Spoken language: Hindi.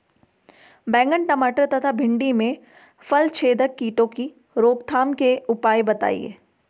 बैंगन टमाटर तथा भिन्डी में फलछेदक कीटों की रोकथाम के उपाय बताइए?